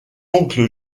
oncle